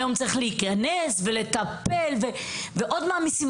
היום צריך להיכנס ולטפל ועוד מעמיסים